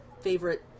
favorite